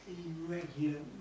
irregular